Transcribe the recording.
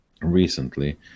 recently